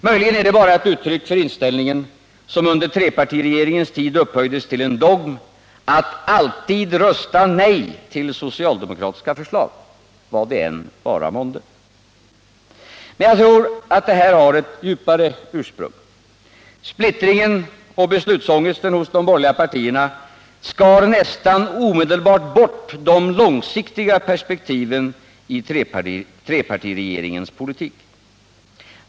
Möjligen är det bara ett uttryck för inställningen, som under trepartiregeringens tid upphöjdes till en dogm, att alltid rösta nej till socialdemokratiska förslag, oavsett vad det vara månde. Men jag tror att det har ett djupare ursprung. Splittringen och beslutsångesten hos de borgerliga partierna skar nästan omedelbart bort de långsiktiga perspektiven i trepartiregeringens politik.